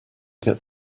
get